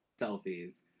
selfies